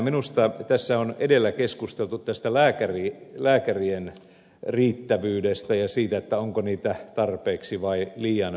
nimittäin tässä on edellä keskusteltu tästä lääkärien riittävyydestä siitä onko heitä tarpeeksi vai liian vähän